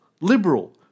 liberal